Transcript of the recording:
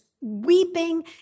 weeping